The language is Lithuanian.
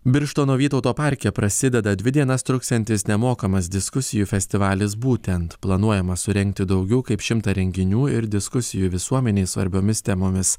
birštono vytauto parke prasideda dvi dienas truksiantis nemokamas diskusijų festivalis būtent planuojama surengti daugiau kaip šimtą renginių ir diskusijų visuomenei svarbiomis temomis